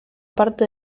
parte